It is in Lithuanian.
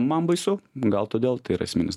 man baisu gal todėl tai yra esminis